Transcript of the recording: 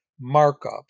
markup